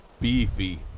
beefy